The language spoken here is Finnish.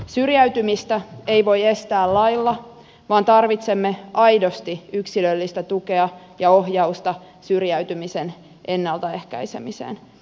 syrjäytymistä ei voi estää lailla vaan tarvitsemme aidosti yksilöllistä tukea ja ohjausta syrjäytymisen ennaltaehkäisemiseen